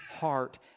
heart